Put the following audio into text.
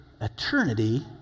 eternity